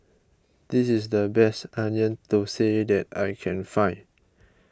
this is the best Onion Thosai that I can find